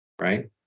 right